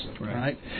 right